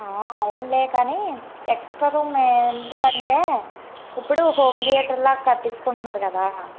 అవునులే కానీ extra room ఎందుకంటే ఇప్పుడు హోమ్ థియేటర్లా కట్టించుకుంటున్నారు కదా